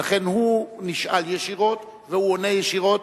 ולכן הוא נשאל ישירות והוא עונה ישירות.